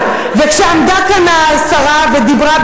הדבר הזה יכול להביא חורבן, רבותי.